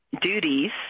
duties